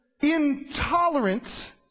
intolerant